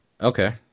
Okay